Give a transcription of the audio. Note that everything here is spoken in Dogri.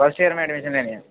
फर्स्ट ईयर में एडमिशन लेनी ऐ